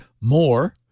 more